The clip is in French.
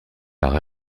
par